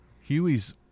Huey's